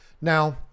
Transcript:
Now